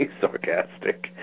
sarcastic